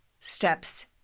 steps